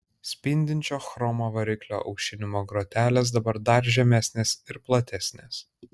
spindinčio chromo variklio aušinimo grotelės dabar dar žemesnės ir platesnės